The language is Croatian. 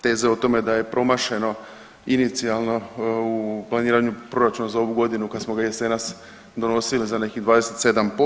Teze o tome da je promašeno inicijalno u planiranju proračuna za ovu godinu kad smo ga jesenas donosili za nekih 27%